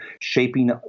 shaping